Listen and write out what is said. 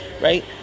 right